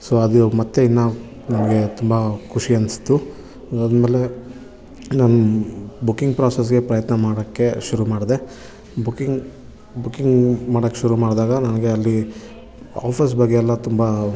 so ಅದು ಮತ್ತೆ ಇನ್ನೂ ನನಗೆ ತುಂಬ ಖುಷಿ ಅನ್ನಿಸ್ತು ಅದಾದ್ಮೇಲೆ ನನ್ನ ಬುಕಿಂಗ್ ಪ್ರೋಸಸ್ಗೆ ಪ್ರಯತ್ನ ಮಾಡೋಕ್ಕೆ ಶುರು ಮಾಡಿದೆ ಬುಕಿಂಗ್ ಬುಕಿಂಗ್ ಮಾಡೋಕೆ ಶುರು ಮಾಡಿದಾಗ ನನಗೆ ಅಲ್ಲಿ ಆಫರ್ಸ್ ಬಗ್ಗೆ ಎಲ್ಲ ತುಂಬ